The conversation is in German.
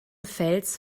fels